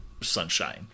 Sunshine